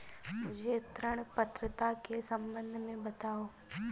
मुझे ऋण पात्रता के सम्बन्ध में बताओ?